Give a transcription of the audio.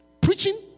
Preaching